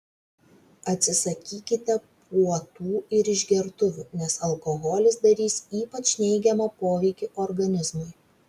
atsisakykite puotų ir išgertuvių nes alkoholis darys ypač neigiamą poveikį organizmui